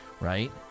right